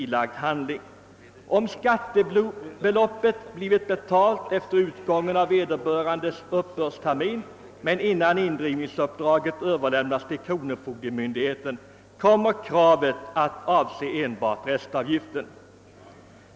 Om skattebeloppet blivit betalt efter utgången av vederbörande uppbördstermin men innan indrivningsuppdraget överlämnats = till kronofogdemyndigheten, kommer kravet att avse enbart restavgiften.